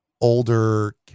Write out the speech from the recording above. older